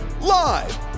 live